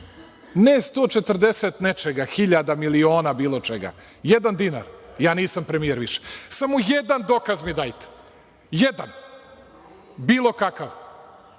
ne 140 nečega, hiljada, miliona, bilo čega, jedan dinar, ja nisam premijer više. Samo jedan dokaz mi dajte, jedan, bilo kakav.